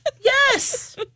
Yes